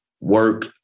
work